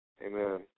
amen